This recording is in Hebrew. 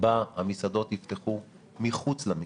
בה המסעדות יפתחו מחוץ למסעדה,